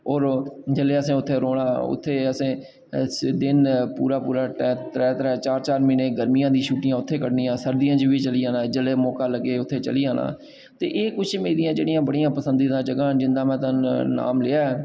और जेल्लै असें उत्थै रौह्ना उत्थै असें दिन पूरा पूरा टैम त्रै त्रै चार चार म्हीने गर्मियां दियां छुट्टियां उत्थै कड्ढनियां सर्दियां बिच बी चली जाना जदूं मौका लग्गे अदूं उत्थै चली जाना ते एह् किश मेरियां जेह्ड़ियां बड़ियां पसंदिदा जगहां न जिं'दा में नांऽ लेआ ऐ